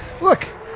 Look